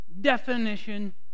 definition